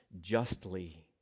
justly